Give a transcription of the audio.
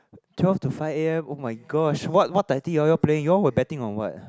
twelve to five A_M oh my gosh what what tai ti were you all playing you were betting on what